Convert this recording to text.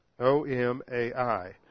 O-M-A-I